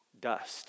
dust